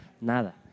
nada